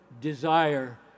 desire